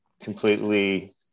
completely